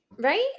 Right